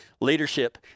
Leadership